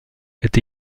est